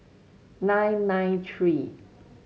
nine nine three